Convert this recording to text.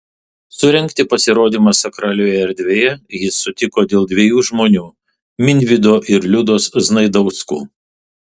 surengti pasirodymą sakralioje erdvėje jis sutiko dėl dviejų žmonių minvydo ir liudos znaidauskų